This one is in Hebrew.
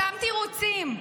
אותם תירוצים.